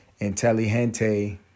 Intelligente